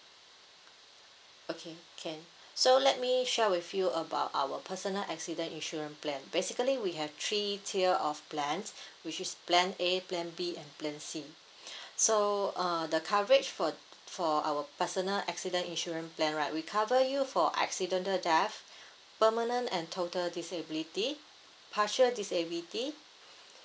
okay can so let me share with you about our personal accident insurance plan basically we have three tier of plans which is plan A plan B and plan C so uh the coverage for for our personal accident insurance plan right we cover you for accidental death permanent and total disability partial disability